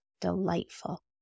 delightful